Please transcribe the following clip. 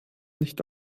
nicht